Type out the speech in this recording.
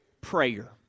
prayer